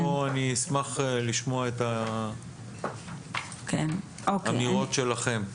פה אני אשמח לשמוע את האמירות שלכם.